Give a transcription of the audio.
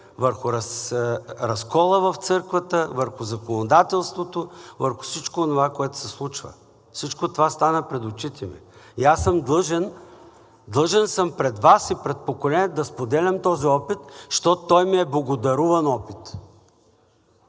върху разкола в църквата, върху законодателството, върху всичко онова, което се случва. Всичко това стана пред очите ми. И аз съм длъжен, длъжен съм пред Вас и пред поколенията да споделям този опит, защото той ми е богодаруван опит.